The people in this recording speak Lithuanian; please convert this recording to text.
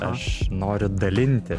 aš noriu dalinti